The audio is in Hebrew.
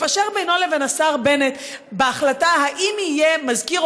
מפשר בינו לבין השר בנט בהחלטה אם יהיה מזכיר